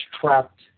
trapped